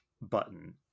button